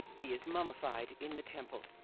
he is mummified in the temple.